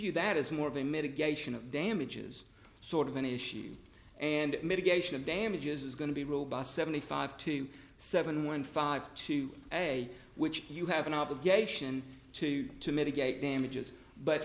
view that as more of a mitigation of damages sort of an issue and mitigation of damages is going to be robust seventy five to seven one five to say which you have an obligation to to mitigate damages but